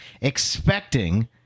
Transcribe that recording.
expecting